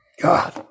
god